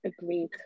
Agreed